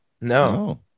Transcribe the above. No